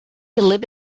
believe